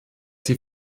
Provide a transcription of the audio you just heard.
sie